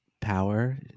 power